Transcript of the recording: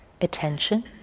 attention